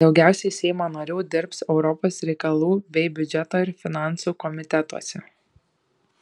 daugiausiai seimo narių dirbs europos reikalų bei biudžeto ir finansų komitetuose